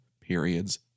periods